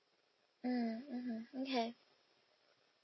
mm mmhmm okay